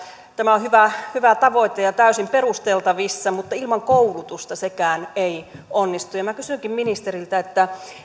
tämä on hyvä hyvä tavoite ja täysin perusteltavissa mutta ilman koulutusta sekään ei onnistu kysynkin ministeriltä